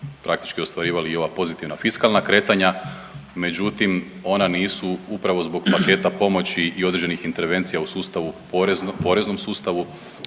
praktički ostvarivali i ova pozitivna fiskalna kretanja, međutim ona nisu upravo zbog paketa pomoći i određenih intervencija u sustavu, poreznom sustavu